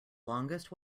longest